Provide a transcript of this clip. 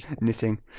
Knitting